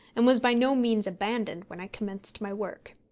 and was by no means abandoned when i commenced my work.